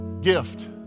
gift